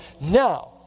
Now